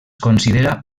considera